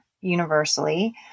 universally